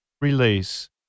Release